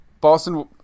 Boston